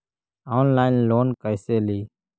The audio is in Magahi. ऑनलाइन लोन कैसे ली?